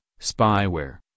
spyware